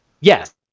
Yes